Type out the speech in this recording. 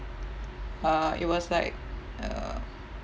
uh it was like err